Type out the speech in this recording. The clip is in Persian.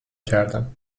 کردم